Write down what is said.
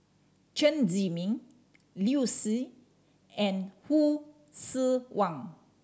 Chen Zhiming Liu Si and Hsu Tse Kwang